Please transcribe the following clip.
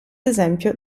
esempio